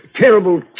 terrible